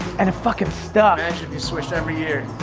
and it fucking stuck. imagine if you switched every year.